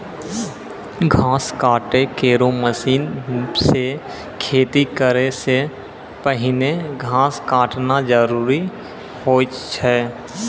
घास काटै केरो मसीन सें खेती करै सें पहिने घास काटना जरूरी होय छै?